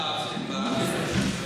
שהתאהבתם בה,